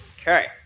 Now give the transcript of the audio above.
Okay